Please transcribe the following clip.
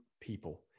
people